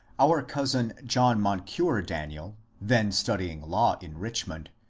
our cousin john moncure daniel, then studying law in richmond,